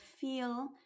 feel